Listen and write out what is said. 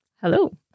Hello